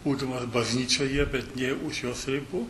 būdamas bažnyčioje bet nė už jos ribų